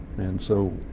and so